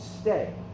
stay